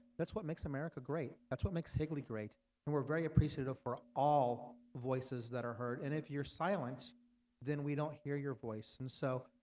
that's what makes america great that's what makes higley great and we're very appreciative for all voices that are heard and if your silence then we don't hear your voice and so,